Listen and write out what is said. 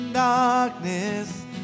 Darkness